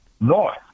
North